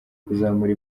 kuzamura